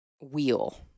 wheel